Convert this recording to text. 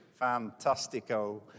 Fantastico